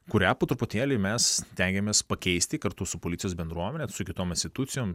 kurią po truputėlį mes stengiamės pakeisti kartu su policijos bendruomene su kitom institucijom